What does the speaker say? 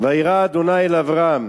"וירא ה' אל אברהם